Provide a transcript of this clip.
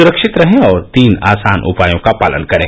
सुरक्षित रहें और तीन आसान उपायों का पालन करें